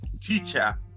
teacher